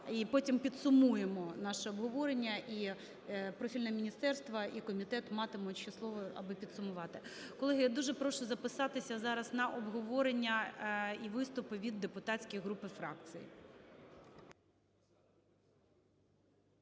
І потім підсумуємо наше обговорення. І профільне міністерство, і комітет матимуть ще слово, аби підсумувати. Колеги, я дуже прошу записатися зараз на обговорення і виступи від депутатських груп і фракцій.